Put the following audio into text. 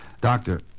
Doctor